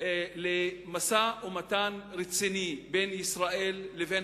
של משא-ומתן רציני בין ישראל לבין